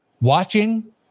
watching